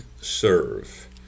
serve